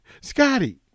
Scotty